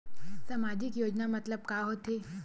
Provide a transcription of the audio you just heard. सामजिक योजना मतलब का होथे?